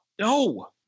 No